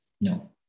No